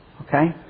okay